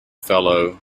fellow